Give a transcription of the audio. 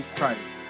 Christ